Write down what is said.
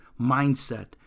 mindset